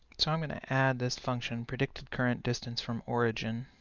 so i'm going to add this function predicted current distance from origin